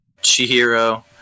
Chihiro